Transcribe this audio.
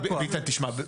ביטן, תשמע.